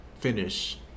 finish